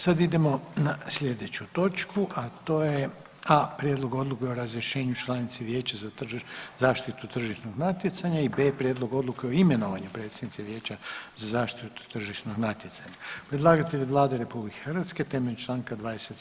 Sad idemo na sljedeću točku, a to je: - A) Prijedlog odluke o razrješenju članice Vijeća za zaštitu tržišnog natjecanja i - B) Prijedlog odluke o imenovanju predsjednice Vijeća za zaštitu tržišnog natjecanja Predlagatelj je Vlada RH temeljem čl. 27.